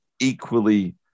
equally